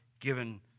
given